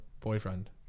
boyfriend